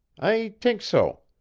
i t'ink so.